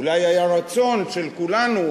אולי היה רצון של כולנו,